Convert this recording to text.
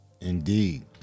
indeed